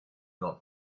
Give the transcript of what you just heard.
not